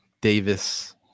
Davis